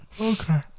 Okay